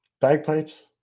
Bagpipes